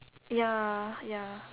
ya ya